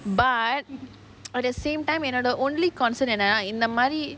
but at the same time and the only concern in the multi